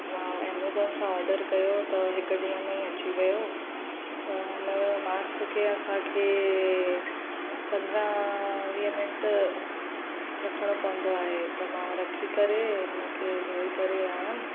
मां ऐमाजॉन सां ऑडर कयो त हिकु ॾींहं में हीअ अची वियो हिन मास्क खे असांखे पंद्रहं वीह मिंटु रखणो पवंदो आहे त मां रखी करे हुन खे धोई करे आयमि